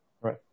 Right